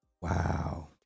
wow